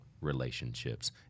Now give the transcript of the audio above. relationships